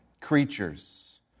creatures